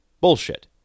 Bullshit